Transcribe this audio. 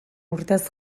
urtez